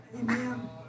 amen